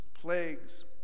plagues